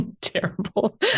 terrible